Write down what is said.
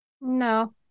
No